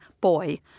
boy